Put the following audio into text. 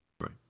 Right